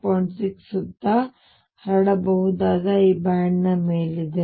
6 ಸುತ್ತ ಹರಡಬಹುದಾದ ಈ ಬ್ಯಾಂಡ್ನ ಮೇಲಿದೆ